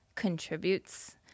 contributes